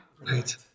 right